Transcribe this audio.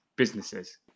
businesses